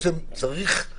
הוא